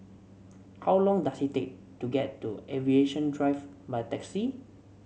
how long does it take to get to Aviation Drive by taxi